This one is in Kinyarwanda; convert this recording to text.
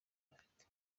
bafite